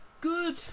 good